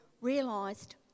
realised